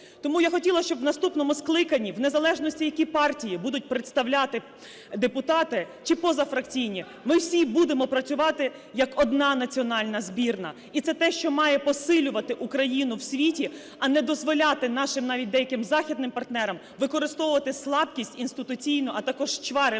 Тому я хотіла, щоб в наступному скликанні, в незалежності, які партії будуть представляти депутати чи позафракційні, ми всі будемо працювати як одна національна збірна. І це те, що має посилювати Україну в світі, а не дозволяти нашим навіть деяким західним партнерам використовувати слабкість інституційно, а також чвари